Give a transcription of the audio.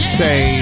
say